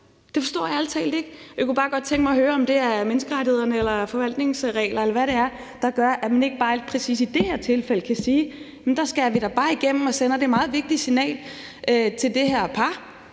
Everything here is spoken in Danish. Det forstår jeg ærlig talt ikke. Jeg kunne bare godt tænke mig at høre, om det er menneskerettighederne eller forvaltningsregler, eller hvad det er, der gør, at man ikke bare præcis i det her tilfælde kan sige: Der skærer vi da bare igennem og sender det meget vigtige signal til det her par